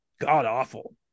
god-awful